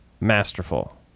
masterful